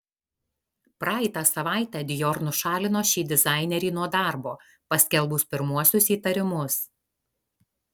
praeitą savaitę dior nušalino šį dizainerį nuo darbo paskelbus pirmuosius įtarimus